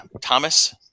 thomas